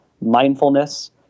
mindfulness